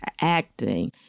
acting